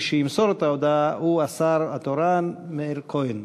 מי שימסור את ההודעה הוא השר התורן מאיר כהן,